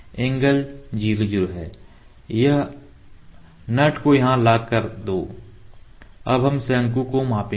angle 0 0 है nut को यहां लॉक कर दो अब हम शंकु को मापेंगे